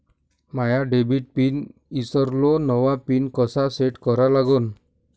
माया debit PIN ईसरलो, नवा PIN कसा सेट करा लागन?